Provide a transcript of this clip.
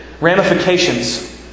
ramifications